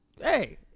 hey